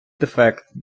дефект